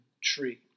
tree